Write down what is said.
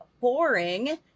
boring